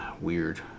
weird